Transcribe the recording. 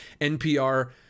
NPR